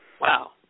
Wow